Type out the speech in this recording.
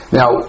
now